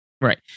right